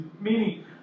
meaning